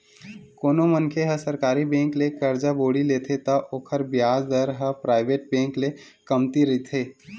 कोनो मनखे ह सरकारी बेंक ले करजा बोड़ी लेथे त ओखर बियाज दर ह पराइवेट बेंक ले कमती रहिथे